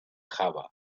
java